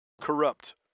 Corrupt